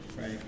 Right